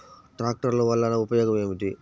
ట్రాక్టర్లు వల్లన ఉపయోగం ఏమిటీ?